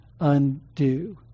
undo